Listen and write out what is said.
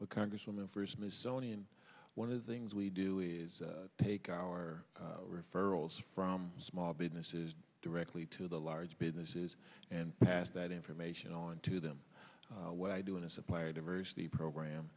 but congresswoman for smithsonian one of the things we do is take our referrals from small businesses directly to the large businesses and pass that information on to them what i do in a supplier diversity program